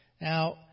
Now